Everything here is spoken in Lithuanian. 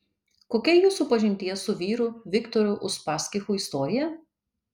kokia jūsų pažinties su vyru viktoru uspaskichu istorija